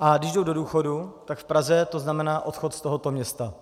a když jsou do důchodu, tak v Praze to znamená odchod z tohoto města.